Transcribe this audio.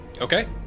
Okay